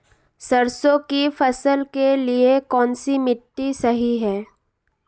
सरसों की फसल के लिए कौनसी मिट्टी सही हैं?